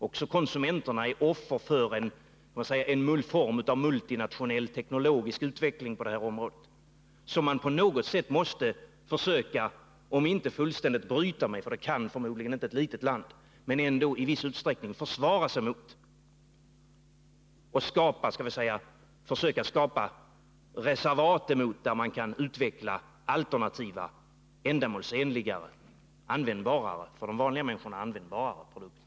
Också konsumenterna är offer för en form av multinationell teknologisk utveckling på det här området, som man på något sätt måste försöka att, om inte fullständigt bryta med - för det kan förmodligen inte ett litet land — ändå i viss utsträckning försvara sig mot och försöka skapa reservat, där man kan utveckla alternativa, ändamålsenligare och för de vanliga människorna användbarare produkter.